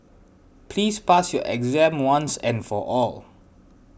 please pass your exam once and for all